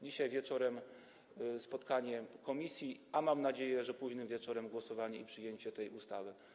Dzisiaj wieczorem spotkanie komisji, a mam nadzieję, że późnym wieczorem głosowanie i przyjęcie tej ustawy.